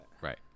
Right